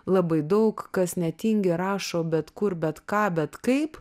labai daug kas netingi rašo bet kur bet ką bet kaip